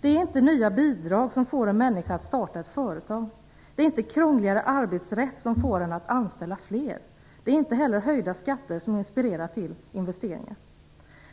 Det är inte nya bidrag som får en människa att starta ett företag. Det är inte krångligare arbetsrätt som får en att anställa fler. Det är inte heller höjda skatter som inspirerar till investeringar.